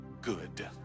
good